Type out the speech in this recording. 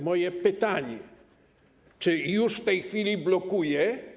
Moje pytanie: Czy to już w tej chwili blokuje?